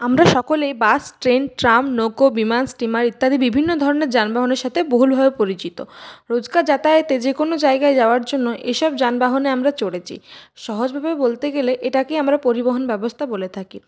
আমরা সকলেই bus train tram নৌকো বিমান স্টিমার ইত্যাদি বিভিন্ন ধরনের যানবাহনের সাথে বহুলভাবে পরিচিত রোজকার যাতায়াতে যে কোনো জায়গায় যাওয়ার জন্য এসব যানবাহনে আমরা চড়েছি সহজভাবে বলতে গেলে এটাকেই আমরা পরিবহণ ব্যবস্থা বলে থাকি